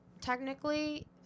technically